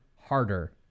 harder